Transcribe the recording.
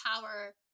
power